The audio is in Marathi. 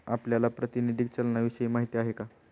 आपल्याला प्रातिनिधिक चलनाविषयी माहिती आहे का?